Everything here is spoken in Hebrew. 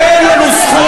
אין לנו זכות,